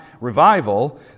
revival